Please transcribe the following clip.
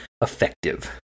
effective